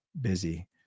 busy